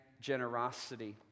generosity